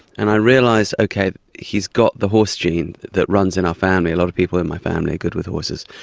and i realised, okay, he's got the horse gene that runs in our family. a lot of people in my family are good with horses,